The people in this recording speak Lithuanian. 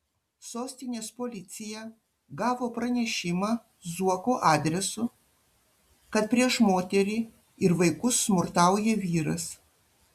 sostinės policija gavo pranešimą zuokų adresu kad prieš moterį ir vaikus smurtauja vyras